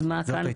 אז מה כאן?